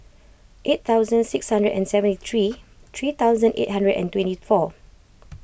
eight thousand six hundred and seventy three three thousand eight hundred and twenty four